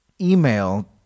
email